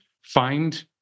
Find